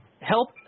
Help